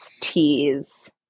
teas